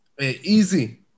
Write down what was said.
easy